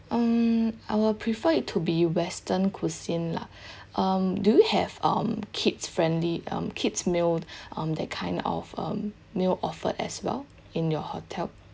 um I will prefer it to be western cuisine lah um do you have um kids friendly um kids meal um that kind of um meal offered as well in your hotel